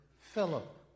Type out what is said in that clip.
Philip